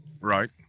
Right